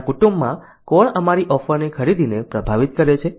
તેમના કુટુંબમાં કોણ અમારી ઓફરની ખરીદીને પ્રભાવિત કરે છે